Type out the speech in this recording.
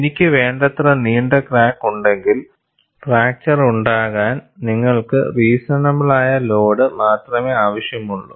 എനിക്ക് വേണ്ടത്ര നീണ്ട ക്രാക്ക് ഉണ്ടെങ്കിൽ ഫ്രാക്ചർ ഉണ്ടാകാൻ നിങ്ങൾക്ക് റീസണബിൾ ആയ ലോഡ് മാത്രമേ ആവശ്യമുള്ളൂ